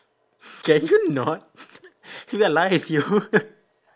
can you not we are live yo